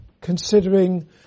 considering